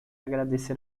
agradecer